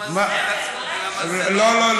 לא לא,